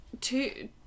two